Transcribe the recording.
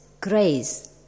grace